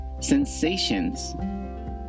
sensations